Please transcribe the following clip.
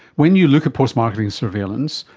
when you look at post-marketing surveillance,